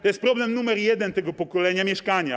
To jest problem numer jeden tego pokolenia - mieszkania.